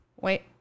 Wait